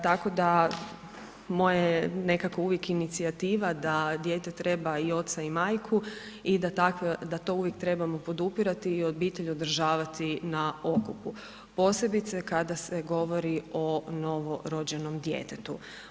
Tako da moja je nekako uvijek inicijativa da dijete treba i oca i majku i da to uvijek trebamo podupirati i obitelj održavati na okupu posebice kada se govori o novorođenom djetetu.